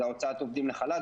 זה הוצאת עובדים לחל"ת,